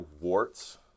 Warts